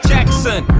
Jackson